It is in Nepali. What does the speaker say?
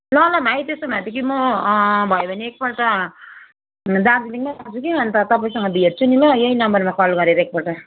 ल ल भाइ त्यसो भएदेखि म भयो भने एकपल्ट दार्जिलिङमै आउँछु कि अन्त तपाईँसँग भेट्छु नि ल यही नम्बरमा कल गरेर एकपल्ट